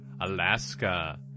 Alaska